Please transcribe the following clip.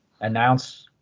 announce